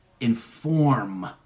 inform